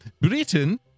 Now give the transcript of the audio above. Britain